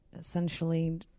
essentially